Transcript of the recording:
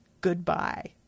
goodbye